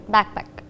Backpack